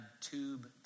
tube